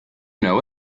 know